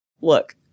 Look